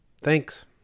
Thanks